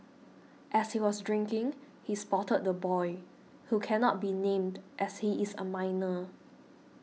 as he was drinking he spotted the boy who cannot be named as he is a minor